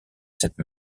cette